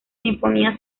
sinfonía